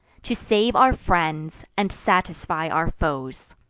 to save our friends, and satisfy our foes.